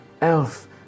elf